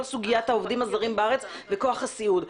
סוגיית העובדים הזרים בארץ וכוח הסיעוד,